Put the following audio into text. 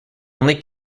only